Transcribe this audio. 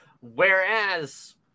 Whereas